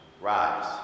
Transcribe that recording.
rise